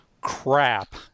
crap